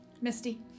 Misty